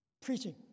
preaching